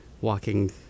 walking